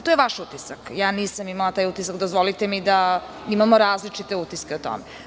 To je vaš utisak, ja nisam imala taj utisak, dozvolite mi da imamo različite utiske o tome.